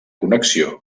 connexió